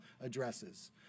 addresses